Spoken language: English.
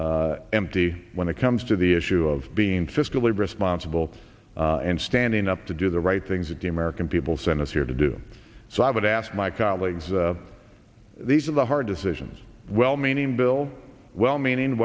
it empty when it comes to the issue of being fiscally responsible and standing up to do the right things that the american people sent us here to do so i would ask my colleagues these are the hard decisions well meaning bill well meanin